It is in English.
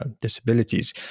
disabilities